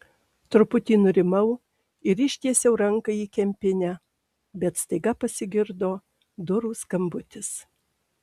truputį nurimau ir ištiesiau ranką į kempinę bet staiga pasigirdo durų skambutis